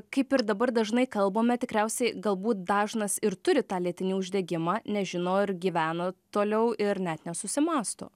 kaip ir dabar dažnai kalbame tikriausiai galbūt dažnas ir turi tą lėtinį uždegimą nežino ir gyvena toliau ir net nesusimąsto